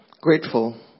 grateful